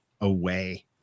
away